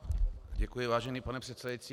Děkuji, vážený pane předsedající.